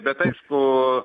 bet aišku